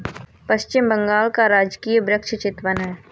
पश्चिम बंगाल का राजकीय वृक्ष चितवन है